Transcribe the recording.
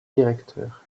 directeur